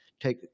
Take